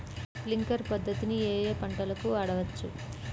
Sprinkler పద్ధతిని ఏ ఏ పంటలకు వాడవచ్చు?